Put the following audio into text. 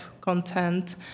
content